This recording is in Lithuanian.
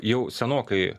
jau senokai